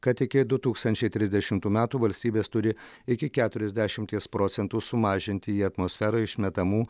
kad iki du tūkstančiai trisdešimtų metų valstybės turi iki keturiasdešimties procentų sumažinti į atmosferą išmetamų